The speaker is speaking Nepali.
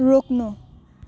रोक्नु